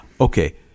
Okay